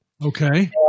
Okay